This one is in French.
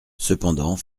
cependant